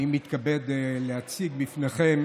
אני מתכבד להציג בפניכם